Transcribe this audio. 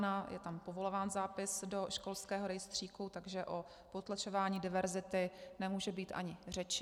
Je tam povolován zápis do školského rejstříku, takže o potlačování diverzity nemůže být ani řeči.